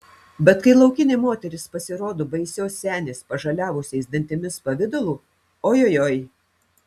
bet kai laukinė moteris pasirodo baisios senės pažaliavusiais dantimis pavidalu ojojoi